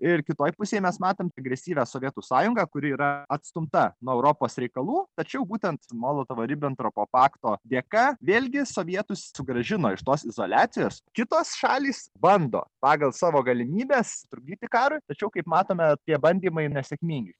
ir kitoj pusėj mes matom agresyvią sovietų sąjungą kuri yra atstumta nuo europos reikalų tačiau būtent molotovo ribentropo pakto dėka vėlgi sovietus sugrąžino iš tos izoliacijos kitos šalys bando pagal savo galimybes trukdyti karui tačiau kaip matome tie bandymai nesėkmingi